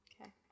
Okay